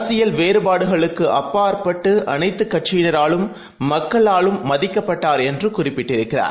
அரசியல்வேறுபாடுகளுக்குஅப்பாற்பட்டு அனைத்துகட்சியினராலும் மக்களாலும்மதிக்கப்பட்டார்என்றுகுறிப்பிட்டிருக்கிறார்